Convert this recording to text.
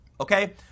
Okay